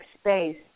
space